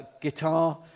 guitar